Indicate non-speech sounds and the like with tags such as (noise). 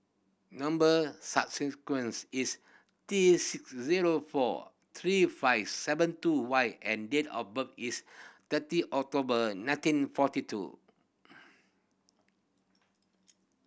number (unintelligible) sequence is T six zero four three five seven two Y and date of birth is thirty October nineteen forty two